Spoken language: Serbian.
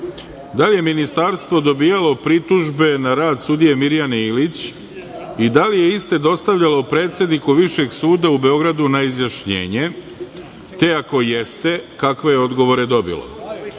Da li je Ministarstvo dobijalo pritužbe na rad sudije Mirjane Ilić i da li je iste dostavljale predsedniku Višeg suda u Beogradu na izjašnjenje, te ako jeste, kakve je odgovore dobilo?